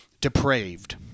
depraved